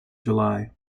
july